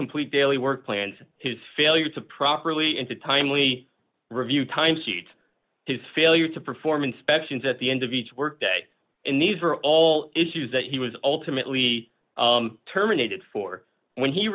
complete daily work plans his failure to properly and to timely review time seized his failure to perform inspections at the end of each workday and these were all issues that he was alternately terminated for when he